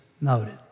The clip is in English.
noted